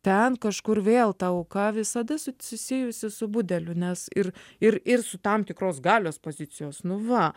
ten kažkur vėl ta auka visada susijusi su budeliu nes ir ir ir su tam tikros galios pozicijos nu va